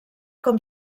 com